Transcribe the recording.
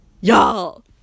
Y'all